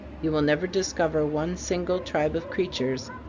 you will never discover one single tribe of creatures,